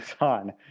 on